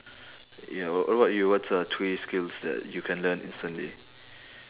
ya wha~ what about you what's uh three skills that you can learn instantly